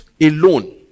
alone